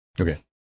Okay